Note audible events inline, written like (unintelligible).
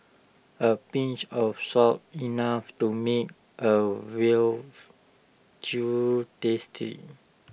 A pinch of salt enough to make A veal (unintelligible) tasty